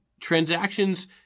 transactions